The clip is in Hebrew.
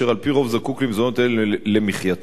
שעל-פי רוב זקוק למזונות אלה למחייתו,